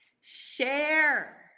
share